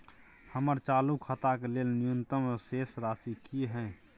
हमर चालू खाता के लेल न्यूनतम शेष राशि की हय?